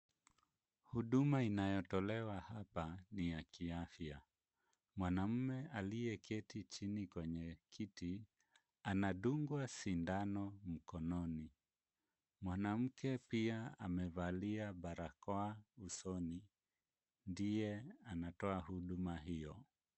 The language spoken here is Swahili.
Huduma inayotolewa hapa ni ya kiafya. Mwanaume aliyeketi chini kwenye kiti anadungwa sindano mkononi mwanamke pia amevalia barakoa usoni, ndiye anatoa huduma hiyo.